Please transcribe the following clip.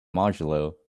modulo